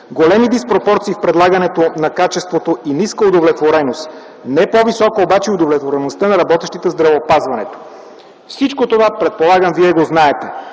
голями диспропорции в предлагането на качеството и ниска удовлетвореност. Не по-висока е обаче удовлетвореността на работещите в здравеопазването. Всичко това, предполагам, вие го знаете.